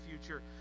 future